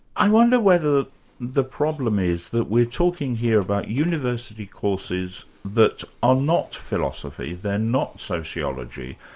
i wonder whether the problem is that we're talking here about university courses that are not philosophy, they're not sociology.